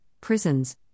prisons